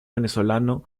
venezolano